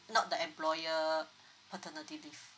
not the employer paternity leave